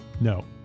No